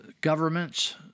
governments